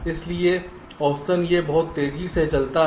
इसलिए औसतन यह बहुत तेजी से चलता है